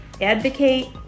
advocate